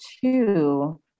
two